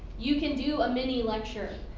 you can do a mini-lecture